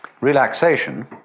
relaxation